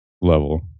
level